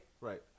right